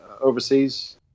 overseas